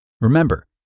Remember